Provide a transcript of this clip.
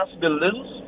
buildings